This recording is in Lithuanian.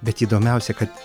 bet įdomiausia kad